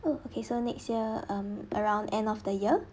oh okay so next year um around end of the year